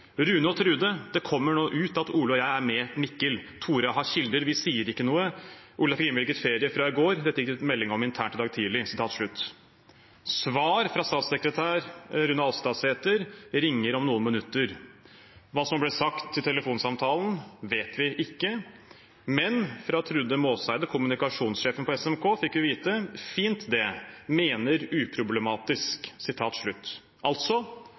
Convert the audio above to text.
og Trude: det kommer ut nå at Ole og jeg er med Mikkel. Tore har kilder. Vi sier ikke noe. Ole og jeg fikk innvilget ferie fra i går. Dette gikk det ut melding om internt i dag tidlig.» Svaret fra statssekretær Rune Alstadsæter var «Ringer om noen minutter». Hva som ble sagt i telefonsamtalen, vet vi ikke, men fra Trude Måseide, kommunikasjonssjefen på SMK, fikk vi vite «Fint det. Mener uproblematisk». Det var altså